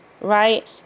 right